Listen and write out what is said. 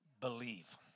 believe